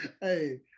hey